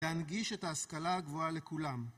להנגיש את ההשכלה הגבוהה לכולם.